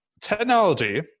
Technology